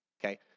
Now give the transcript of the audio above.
Okay